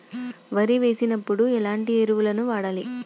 వరి వేసినప్పుడు ఎలాంటి ఎరువులను వాడాలి?